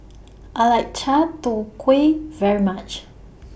I like Chai Tow Kway very much